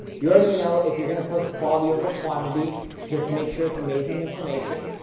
you already know if you're going to post quality over quantity just make sure it's amazing information.